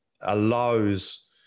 allows